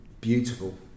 beautiful